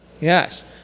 Yes